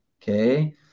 Okay